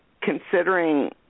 considering